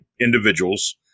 individuals